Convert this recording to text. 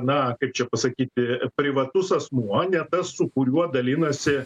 na kaip čia pasakyti privatus asmuo ne tas su kuriuo dalinasi